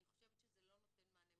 אני חושבת שזה לא נותן מענה.